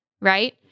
right